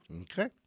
okay